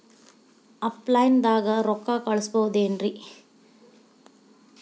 Offline ದಾಗ ರೊಕ್ಕ ಕಳಸಬಹುದೇನ್ರಿ?